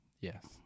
Yes